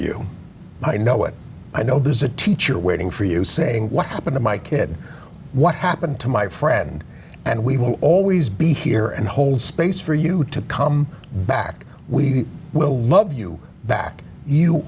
you i know it i know there's a teacher waiting for you saying what happened to my kid what happened to my friend and we will always be here and hold space for you to come back we will love you back you